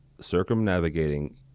circumnavigating